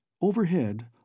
Overhead